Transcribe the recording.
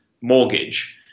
mortgage